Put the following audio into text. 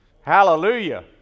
Hallelujah